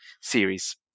series